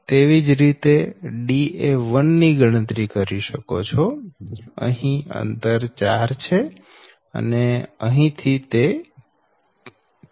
તેવી જ રીતે Da1 ની ગણતરી કરી શકો છો અહીંથી અંતર 4 છે અહીંથી તે 3